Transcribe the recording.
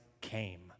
came